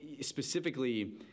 specifically